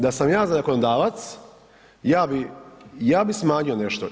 Da sam ja zakonodavac, ja bi smanjio nešto.